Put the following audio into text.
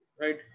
Right